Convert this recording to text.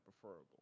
preferable